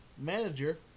manager